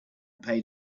paid